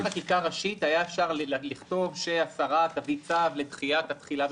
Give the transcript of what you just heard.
אם זו הייתה חקיקה ראשית אפשר היה לכתוב שהשר יביא צו לדחיית התחילה.